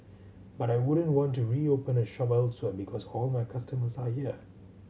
but I wouldn't want to reopen a shop elsewhere because all my customers are here